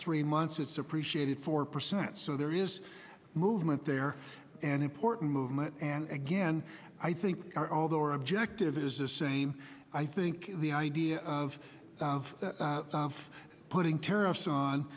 three months it's appreciated four percent so there is movement there and important movement and again i think although our objective is the same i think the idea of of for putting tariffs on